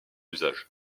usage